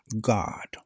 God